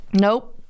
Nope